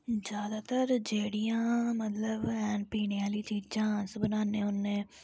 ज्यादातर जेहडियां मतलब हैन पीने आहली चीजां अस बनान्ने होन्ने